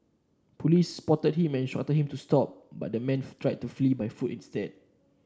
police spotted him and showed him to stop but the man tried to flee by foot instead